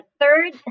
third